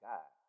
God